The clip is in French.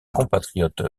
compatriote